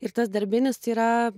ir tas darbinis tai yra